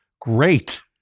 great